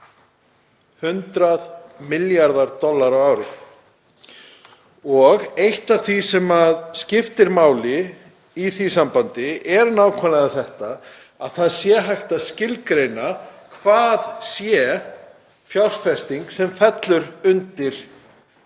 100 milljarðar dollara á ári. Eitt af því sem skiptir máli í því sambandi er nákvæmlega þetta, þ.e. að hægt sé að skilgreina hvað sé fjárfesting sem fellur undir